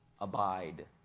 abide